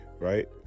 Right